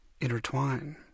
intertwine